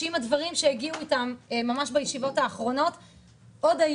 שבדברים שהגיעו איתם בישיבות אנחנו היום